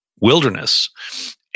wilderness